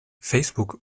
facebook